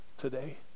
Today